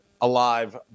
alive